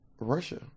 Russia